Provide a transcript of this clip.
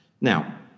Now